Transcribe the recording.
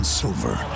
silver